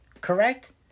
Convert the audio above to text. correct